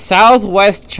Southwest